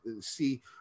see